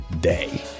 day